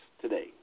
today